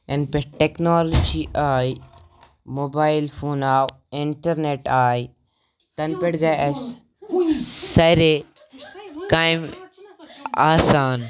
یَنہٕ پٮ۪ٹھ ٹٮ۪کنالجی آے موبایل فون آو اِنٹرنٮ۪ٹ آے تَنہٕ پٮ۪ٹھ گٔے اَسہِ سارے کامہِ آسان